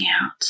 out